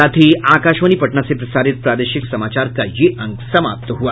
इसके साथ ही आकाशवाणी पटना से प्रसारित प्रादेशिक समाचार का ये अंक समाप्त हुआ